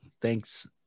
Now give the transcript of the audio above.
thanks